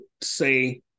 say